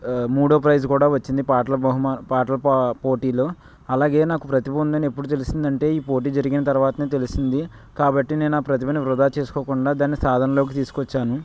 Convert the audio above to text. మూడవ ప్రైజ్ కూడా వచ్చింది పాటల బహుమానం పాటల ప పోటీలో అలాగే నాకు ప్రతిభ ఉందని ఎప్పుడు తెలిసింది అంటే ఈ పోటీ జరిగిన తర్వాత తెలిసింది కాబట్టి నేను ఆ ప్రతిభను వృధా చేసుకోకుండా దాన్ని సాధనలోకి తీసుకు వచ్చాను